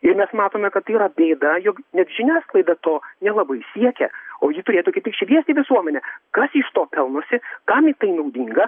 ir nes matome kad tai yra bėda jog net žiniasklaida to nelabai siekia o ji turėtų kaip tik šviesti visuomenę kas iš to pelnosi kam tai naudinga